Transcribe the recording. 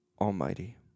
Almighty